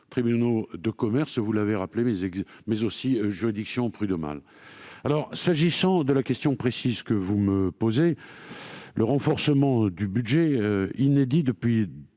tribunaux de commerce, vous l'avez rappelé, mais aussi dans les juridictions prud'homales. J'en viens à la question précise que vous me posez. Le renforcement du budget, inédit depuis